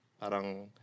Parang